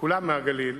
שכולם מהגליל